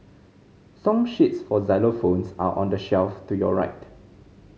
song sheets for xylophones are on the shelf to your right